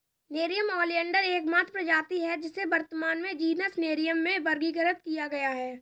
nerium oleander एकमात्र प्रजाति है जिसे वर्तमान में जीनस नेरियम में वर्गीकृत किया गया है